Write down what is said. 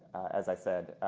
as i said,